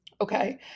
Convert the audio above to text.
Okay